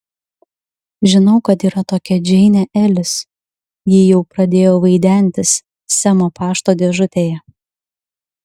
žinau kad yra tokia džeinė elis ji jau pradėjo vaidentis semo pašto dėžutėje